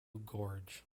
gorge